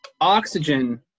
oxygen